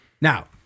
Now